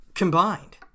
Combined